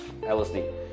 LSD